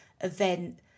event